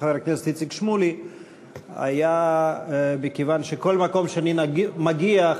חבר הכנסת שמולי היה שבכל מקום שאני מגיע אליו,